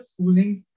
schoolings